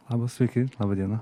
labas sveiki laba diena